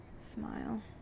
smile